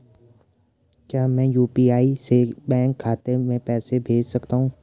क्या मैं यु.पी.आई से बैंक खाते में पैसे भेज सकता हूँ?